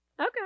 okay